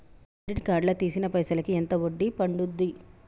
Credit card లా తీసిన పైసల్ కి ఎంత వడ్డీ పండుద్ధి?